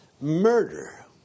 murder